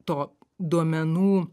to duomenų